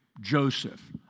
Joseph